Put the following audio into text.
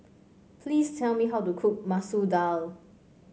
please tell me how to cook Masoor Dal